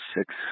six